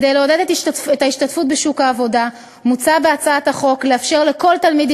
כדי לעודד את ההשתתפות בשוק העבודה מוצע בהצעת החוק לאפשר לכל תלמיד